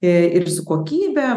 ir su kokybe